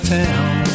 town